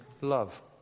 love